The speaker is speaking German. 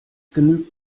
genügt